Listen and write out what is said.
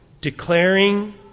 declaring